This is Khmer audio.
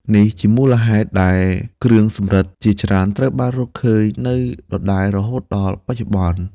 នេះជាមូលហេតុដែលគ្រឿងសំរឹទ្ធិជាច្រើនត្រូវបានរកឃើញនៅដដែលរហូតដល់បច្ចុប្បន្ន។